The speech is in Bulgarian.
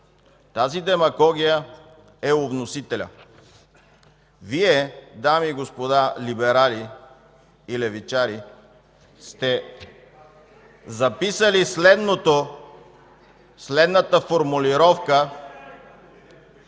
Тази демагогия е у вносителя. Вие, дами и господа либерали и левичари, сте записали следната формулировка...